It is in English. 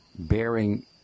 bearing